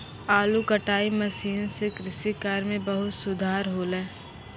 आलू कटाई मसीन सें कृषि कार्य म बहुत सुधार हौले